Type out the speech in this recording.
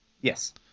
Yes